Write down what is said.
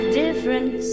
difference